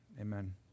amen